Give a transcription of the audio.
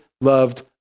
loved